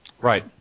right